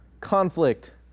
Conflict